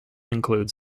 include